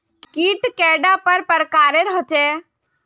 कीट कैडा पर प्रकारेर होचे?